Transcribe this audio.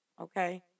Okay